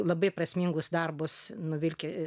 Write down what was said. labai prasmingus darbus nuvilkė